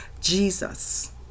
Jesus